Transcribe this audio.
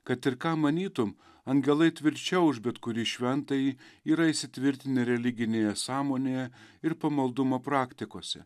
kad ir ką manytum angelai tvirčiau už bet kurį šventąjį yra įsitvirtinę religinėje sąmonėje ir pamaldumo praktikose